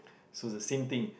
so is the same thing